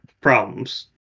problems